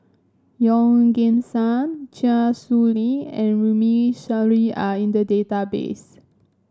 Yeoh Ghim Seng Chia Shi Lu and Runme Shaw are in the database